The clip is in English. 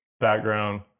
background